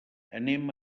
anem